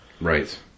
Right